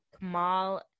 kamal